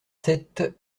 sept